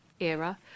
era